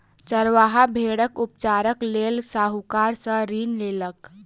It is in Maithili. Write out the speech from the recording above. चरवाहा भेड़क उपचारक लेल साहूकार सॅ ऋण लेलक